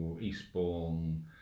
Eastbourne